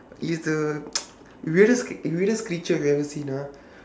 he's the weirdest weirdest creature you have ever seen ah